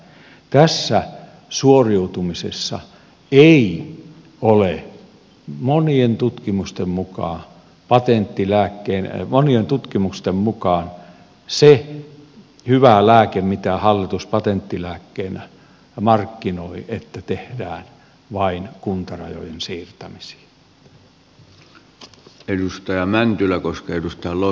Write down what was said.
tässä suoriutumisessa monien tutkimusten mukaan ei ole hyvä lääke se mitä hallitus patenttilääkkeenä markkinoi että tehdään vain kuntarajojen siirtämisiä